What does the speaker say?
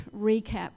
recap